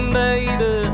baby